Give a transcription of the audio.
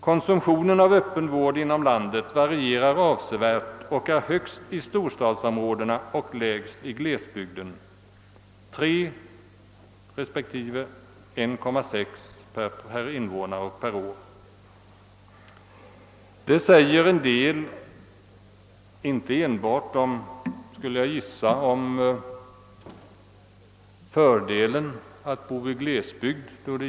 Konsumtionen av öppen vård inom landet varierar avsevärt och är högst i storstadsområdena och lägst i glesbygden .» Jag vill påpeka att det skrivna inte enbart visar fördelen ur hälsosynpunkt att bo i glesbygd.